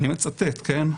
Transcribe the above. אני מצטט, כן?